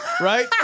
right